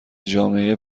جامعه